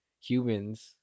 humans